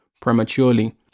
prematurely